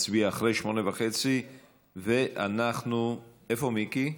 נצביע אחרי 20:30. איפה מיקי?